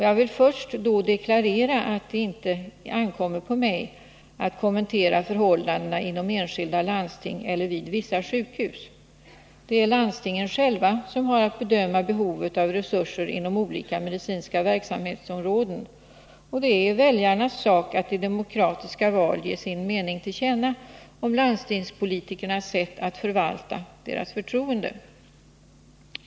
Jag vill först deklarera att det inte ankommer på mig att kommentera förhållandena inom enskilda landsting eller vid vissa sjukhus. Det är landstingen själva som har att bedöma behovet av resurser inom olika medicinska verksamhetsområden, och det är väljarnas sak att i demokratiska val ge sin mening till känna om landstingspolitikernas sätt att förvalta deras förtroende.